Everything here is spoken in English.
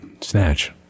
Snatch